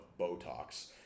Botox